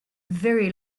very